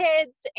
kids